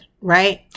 right